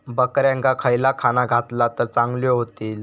बकऱ्यांका खयला खाणा घातला तर चांगल्यो व्हतील?